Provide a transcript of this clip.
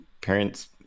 parents